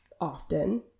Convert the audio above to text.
often